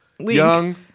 Young